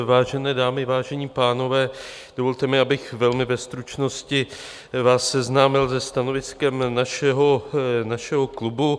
Vážené dámy, vážení pánové, dovolte mi, abych velmi ve stručnosti vás seznámil se stanoviskem našeho klubu.